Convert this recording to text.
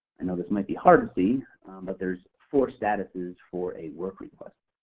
and know this might be hard to see, but there's four statuses for a work request.